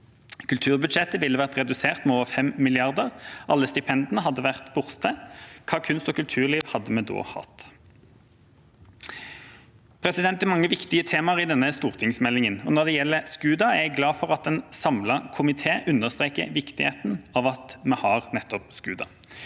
Kulturbudsjettet ville ha vært redusert med over 5 mrd. kr. Alle stipendene ville ha vært borte. Hva slags kunst- og kulturliv ville vi da ha hatt? Det er mange viktige temaer i denne stortingsmeldinga. Når det gjelder SKUDA, er jeg glad for at en samlet komité understreker viktigheten av at vi har nettopp SKUDA.